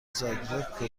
زاگرب